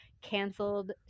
canceled